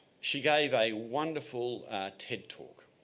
she gave a wonderful td talk